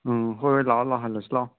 ꯎꯝ ꯍꯣꯏ ꯍꯣꯏ ꯂꯥꯛꯑꯣ ꯂꯥꯛꯑꯣ ꯍꯜꯂꯁꯤ ꯂꯥꯛꯑꯣ